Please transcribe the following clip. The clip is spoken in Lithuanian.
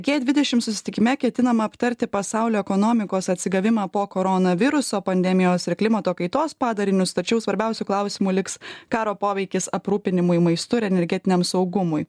gie dvidešim susitikime ketinama aptarti pasaulio ekonomikos atsigavimą po koronaviruso pandemijos ir klimato kaitos padarinius tačiau svarbiausiu klausimu liks karo poveikis aprūpinimui maistu ir energetiniam saugumui